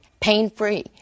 pain-free